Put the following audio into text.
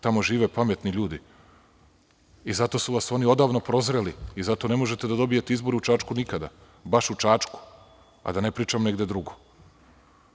Tamo žive pametni ljudi i zato su vas oni odavno prozreli i zato ne možete da dobijete izbore u Čačku nikada, baš u Čačku, a da ne pričam negde drugde.